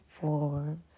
forwards